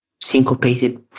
syncopated